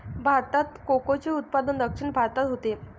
भारतात कोकोचे उत्पादन दक्षिण भारतात होते